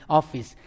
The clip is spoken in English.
office